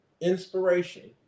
inspiration